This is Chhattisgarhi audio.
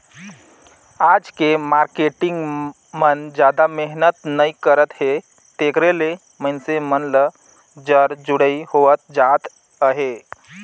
आज के मारकेटिंग मन जादा मेहनत नइ करत हे तेकरे ले मइनसे मन ल जर जुड़ई होवत जात अहे